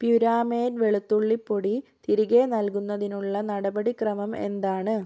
പ്യുരാമേറ്റ് വെളുത്തുള്ളിപ്പൊടി തിരികെ നൽകുന്നതിനുള്ള നടപടി ക്രമം എന്താണ്